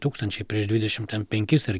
tūkstančiai prieš dvidešim ten penkis ar